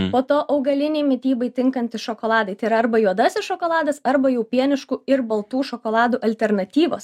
po to augalinei mitybai tinkantys šokoladai tai yra arba juodasis šokoladas arba jau pieniškų ir baltų šokoladų alternatyvos